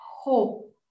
hope